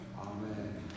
Amen